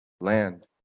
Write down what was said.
land